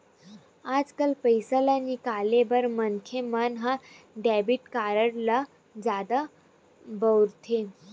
आजकाल पइसा ल निकाले बर मनखे मन ह डेबिट कारड ल जादा बउरथे